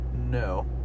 No